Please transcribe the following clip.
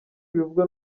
ibivugwa